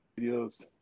videos